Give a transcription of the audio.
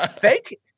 fake-